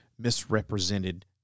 misrepresented